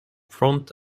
front